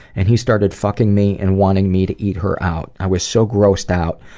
and he started fucking me and wanting me to eat her out. i was so grossed out.